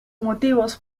motivos